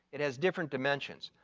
it has different dimensions.